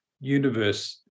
universe